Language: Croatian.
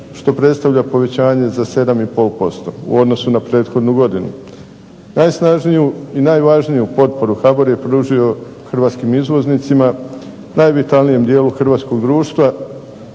što predstavlja povećanje za 7,5% u odnosu na prethodnu godinu. Najsnažniju i najvažniju potporu HBOR je pružio hrvatskim izvoznicima, najvitalnijem dijelu hrvatskog društva